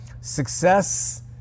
Success